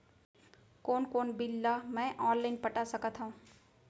कोन कोन बिल ला मैं ऑनलाइन पटा सकत हव?